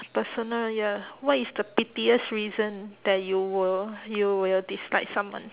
personal ya what is the pettiest reason that you will you will dislike someone